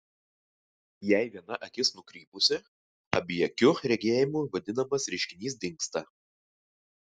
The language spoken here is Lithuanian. jei viena akis nukrypusi abiakiu regėjimu vadinamas reiškinys dingsta